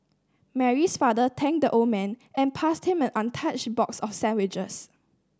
Mary's father thanked the old man and passed him an untouched box of sandwiches